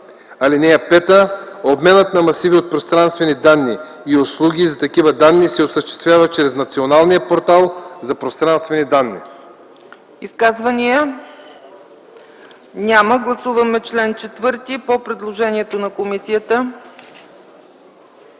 данни. (5) Обменът на масиви от пространствени данни и услуги за такива данни се осъществява чрез Националния портал за пространствени данни.”